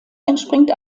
entspringt